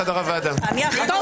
(חבר הכנסת יורי להב הרצנו יוצא מחדר הוועדה.) אתם לא תסתמו